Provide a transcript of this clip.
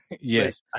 yes